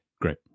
great